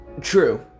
True